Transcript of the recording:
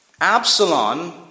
Absalom